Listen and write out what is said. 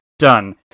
Done